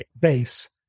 base